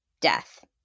death